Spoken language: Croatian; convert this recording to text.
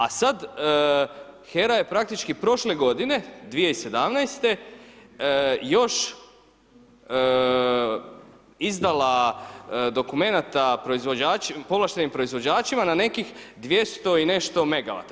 A sad HERA je praktički prošle godine 2017. još izdala dokumenata povlaštenim proizvođačima na nekih 200 i nešto megavata.